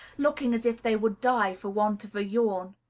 looking as if they would die for want of a yawn?